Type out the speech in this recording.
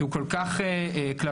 שהוא כל כך כלפינו,